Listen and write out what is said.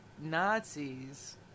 Nazis